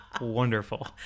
Wonderful